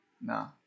No